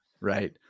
right